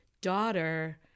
daughter